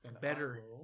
Better